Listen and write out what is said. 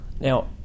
Now